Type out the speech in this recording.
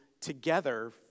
together